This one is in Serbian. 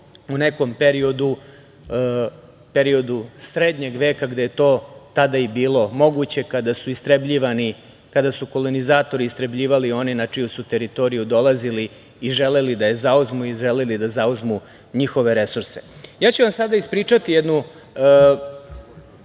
u nekom periodu srednjeg veka, gde je to tada i bilo moguće, kada su kolonizatori istrebljivali one na čiju su teritoriju dolazili i želeli da je zauzmu i da zauzmu njihove resurse. Ja ću vam sada ispričati jednu,